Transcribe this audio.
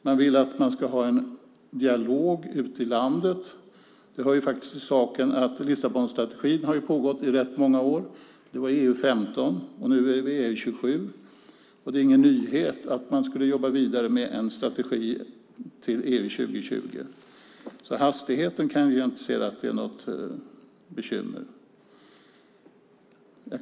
Man vill att det ska föras en dialog ute i landet. Det hör faktiskt till saken att diskussionen om Lissabonstrategin har pågått i rätt många år. Det var EU-15 och nu är det EU-27. Det är ingen nyhet att man skulle jobba vidare med en EU-strategi till 2020. Jag kan inte se att det är något bekymmer med hastigheten.